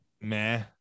meh